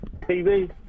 TV